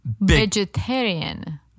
Vegetarian